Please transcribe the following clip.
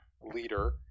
leader